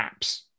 apps